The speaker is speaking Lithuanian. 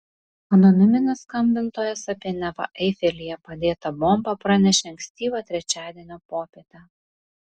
anoniminis skambintojas apie neva eifelyje padėtą bombą pranešė ankstyvą trečiadienio popietę